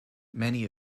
many